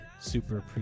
super